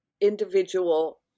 individual